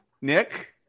Nick